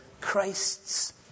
Christ's